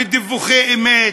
לדיווחי אמת,